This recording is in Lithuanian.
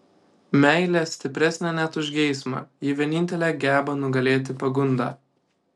meilė stipresnė net už geismą ji vienintelė geba nugalėti pagundą